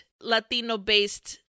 Latino-based